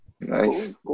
Nice